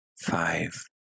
five